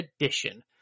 Edition